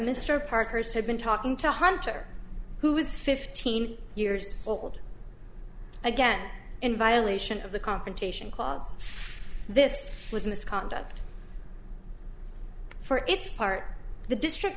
mr parker's had been talking to hunter who was fifteen years old again in violation of the confrontation clause this was misconduct for its part the district